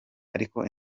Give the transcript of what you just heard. ariko